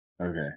Okay